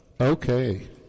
okay